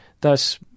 thus